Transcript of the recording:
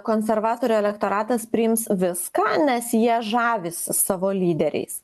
konservatorių elektoratas priims viską nes jie žavisi savo lyderiais